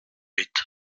huit